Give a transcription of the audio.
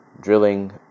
drilling